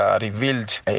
revealed